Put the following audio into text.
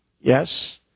Yes